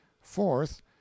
Fourth